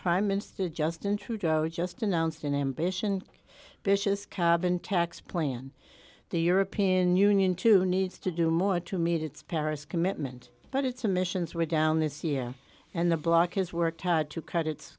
prime minister justin trudeau just announced an ambition vicious cabin tax plan the european union to needs to do more to meet its paris commitment but its emissions were down this year and the block has worked hard to cut it